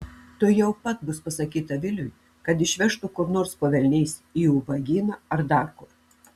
tuojau pat bus pasakyta viliui kad išvežtų kur nors po velniais į ubagyną ar dar kur